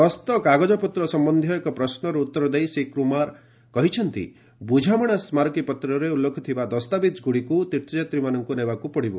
ଗସ୍ତ କାଗଜପତ୍ର ସମ୍ଭନ୍ଧୀୟ ଏକ ପ୍ରଶ୍ନର ଉତ୍ତର ଦେଇ ଶ୍ରୀ କୁମାର କହିଛନ୍ତି ବୁଝାମଣା ସ୍କାକୀପତ୍ରରେ ଉଲ୍ଲେଖ ଥିବା ଦସ୍ତବିଜ୍ଗୁଡ଼ିକୁ ତୀର୍ଥଯାତ୍ରୀମାନଙ୍କୁ ନେବାକୁ ପଡ଼ିବ